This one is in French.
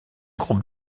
groupe